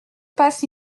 passe